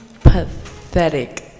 Pathetic